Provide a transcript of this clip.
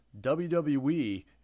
WWE